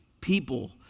people